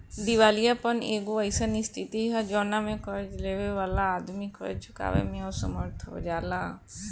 दिवालियापन एगो अईसन स्थिति ह जवना में कर्ज लेबे वाला आदमी कर्ज चुकावे में असमर्थ हो जाले